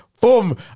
Boom